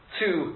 two